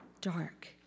dark